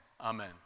amen